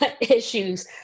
issues